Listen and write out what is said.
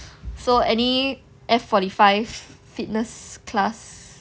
so any F forty five fitness class